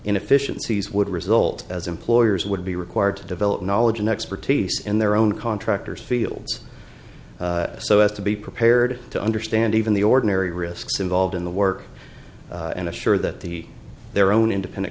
inefficiencies would result as employers would be required to develop knowledge and expertise in their own contractors fields so as to be prepared to understand even the ordinary risks involved in the work and assure that the their own independent